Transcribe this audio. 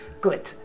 good